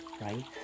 Right